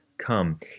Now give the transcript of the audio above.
come